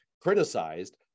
criticized